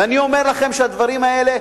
ואני אומר לכם שהדברים האלה,